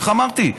איך אמרתי?